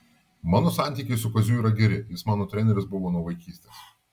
mano santykiai su kaziu yra geri jis mano treneris buvo nuo vaikystės